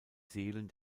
seelen